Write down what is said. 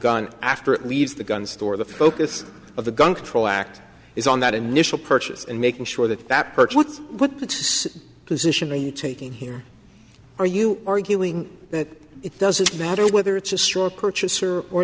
gun after it leaves the gun store the focus of the gun control act is on that initial purchase and making sure that that perch with its position are you taking here are you arguing that it doesn't matter whether it's a straw purchaser or